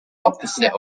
opposite